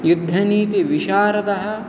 युद्धनीतिविशारदः